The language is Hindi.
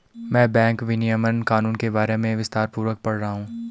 मैं बैंक विनियमन कानून के बारे में विस्तारपूर्वक पढ़ रहा हूं